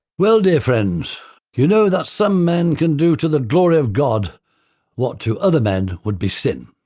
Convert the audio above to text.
well dear friends you know that some men can do to the glory of god what to other men would be sin.